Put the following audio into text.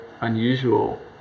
unusual